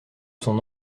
son